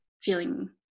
feeling